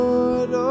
Lord